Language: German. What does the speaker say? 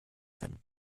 werden